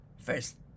First